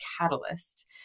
catalyst